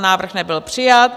Návrh nebyl přijat.